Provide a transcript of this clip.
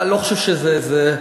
אני לא חושב שזה יעזור,